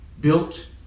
built